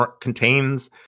contains